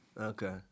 Okay